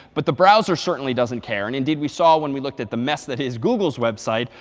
but the browser certainly doesn't care. and indeed, we saw when we looked at the mess that is google's website,